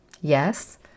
Yes